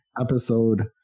episode